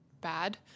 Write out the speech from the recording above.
bad